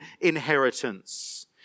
inheritance